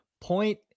point